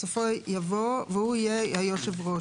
בסופו יבוא "והוא יהיה היושב ראש".